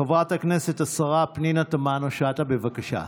חברת הכנסת השרה פנינה תמנו שטה, בבקשה.